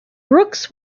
brooks